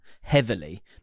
heavily